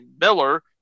Miller